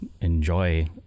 enjoy